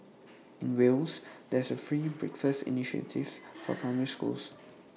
in Wales there is A free breakfast initiative for primary schools